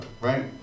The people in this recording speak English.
right